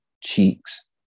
Cheeks